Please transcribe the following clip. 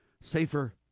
safer